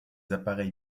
appareils